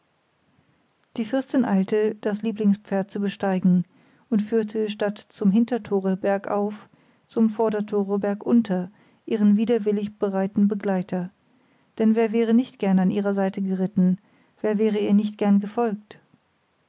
die fürstin eilte das lieblingspferd zu besteigen und führte statt zum hintertore bergauf zum vordertore bergunter ihren widerwillig bereiten begleiter denn wer wäre nicht gern an ihrer seite geritten wer wäre ihr nicht gern gefolgt